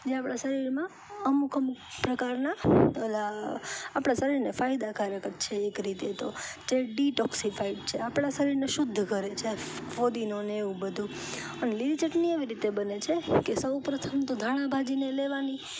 જે આપણા શરીરમાં અમુક અમુક પ્રકારના અલા આપણા શરીરને ફાયદાકારક જ છે એક રીતે તો જે ડીટોકશીફાઈડ છે આપણા શરીરને શુધ્ધ કરે છે ફૂદીનો ને એવું બધું અને લીલી ચટણી એવી રીતે બને છે કે સૌ પ્રથમ તો ધાણાભાજીને લેવાની